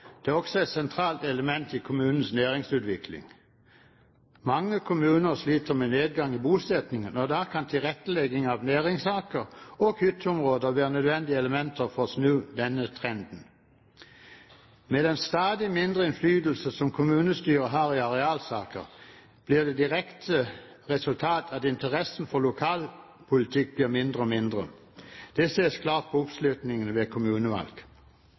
Det er også et sentralt element i kommunens næringsutvikling. Mange kommuner sliter med nedgang i bosettingen, og da kan tilretteleggingen av næringsarealer og hytteområder være nødvendige elementer for å snu denne trenden. Med en stadig mindre innflytelse, som kommunestyret har i arealsaker, blir det direkte resultatet at interessen for lokalpolitikk blir mindre og mindre. Det ses klart på oppslutningen ved kommunevalg.